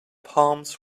palms